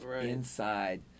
inside